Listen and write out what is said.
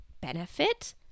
benefit